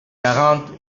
quarante